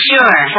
Sure